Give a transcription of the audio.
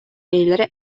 бэйэлэрэ